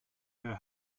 her